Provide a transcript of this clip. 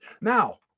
now